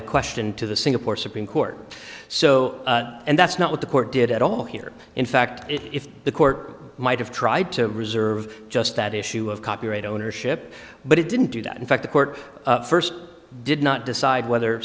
a question to the singapore supreme court so and that's not what the court did at all here in fact if the court might have tried to reserve just that issue of copyright ownership but it didn't do that in fact the court first did not decide whether